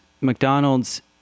McDonald's